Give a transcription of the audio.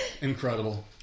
Incredible